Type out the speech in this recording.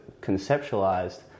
conceptualized